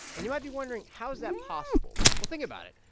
and you might be wondering, how is that possible? well, think about it.